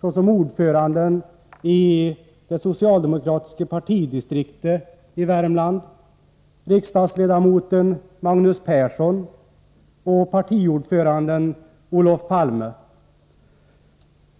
såsom ordföranden i det socialdemokratiska partidistriktet i Värmland, riksdagsledamoten Magnus Persson, och partiordföranden Olof Palme.